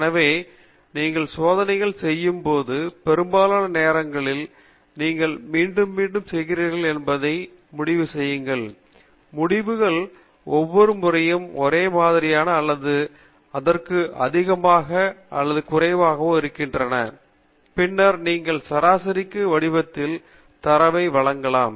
எனவே நீங்கள் சோதனைகள் செய்யும்போது பெரும்பாலான நேரங்களில் நீங்கள் மீண்டும் மீண்டும் செய்கிறீர்கள் என்பதை முடிவு செய்யுங்கள் முடிவுகள் ஒவ்வொரு முறையும் ஒரே மாதிரியாகவோ அல்லது அதற்கு அதிகமாகவோ அல்லது குறைவாகவோ இருக்கின்றன பின்னர் நீங்கள் சராசரிக்கும் வடிவத்தில் தரவை வழங்கலாம்